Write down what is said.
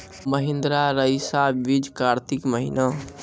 महिंद्रा रईसा बीज कार्तिक महीना?